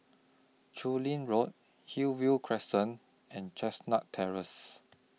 Chu Lin Road Hillview Crescent and Chestnut Terrace